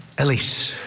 elyse,